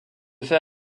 fait